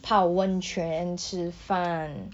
泡温泉吃饭